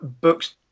books